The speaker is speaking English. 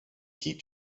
heat